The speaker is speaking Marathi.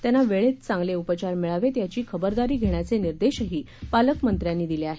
त्यांना वेळेत चांगले उपचार मिळावेत याची खबरदारी घेण्याचे निर्देशही पालककंत्र्यांनी दिले आहेत